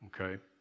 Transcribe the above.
Okay